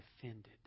defended